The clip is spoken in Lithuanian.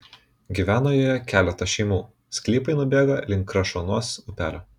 gyvena joje keletas šeimų sklypai nubėga link krašuonos upelio